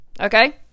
okay